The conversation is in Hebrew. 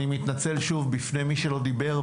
אני מתנצל שוב בפני מי שלא דיבר.